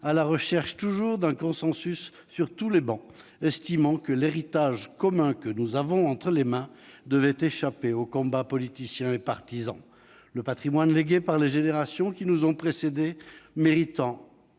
à la recherche d'un consensus sur toutes les travées, estimant que l'héritage commun que nous avons entre les mains devait échapper aux combats politiciens et partisans, le patrimoine légué par les générations qui nous ont précédés méritant